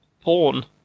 porn